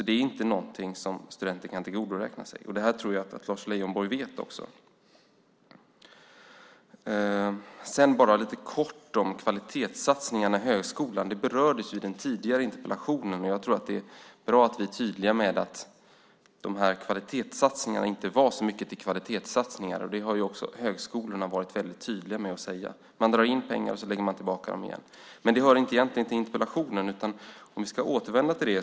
Det är alltså inte något som studenter kan tillgodoräkna sig. Det tror jag att Lars Leijonborg vet. Jag ska också säga något kort om kvalitetssatsningarna i högskolan. Det berördes ju i den tidigare interpellationen. Jag tror att det är bra att vi är tydliga med att kvalitetssatsningarna inte var så mycket till kvalitetssatsningar. Det har också högskolorna varit tydliga med. Man drar in pengar och lägger tillbaka dem, men det hör egentligen inte till interpellationen.